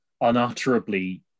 unutterably